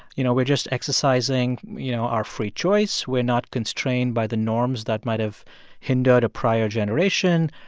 you know, we're just exercising, you know, our free choice, we're not constrained by the norms that might have hindered a prior generation.